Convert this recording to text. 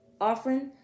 offering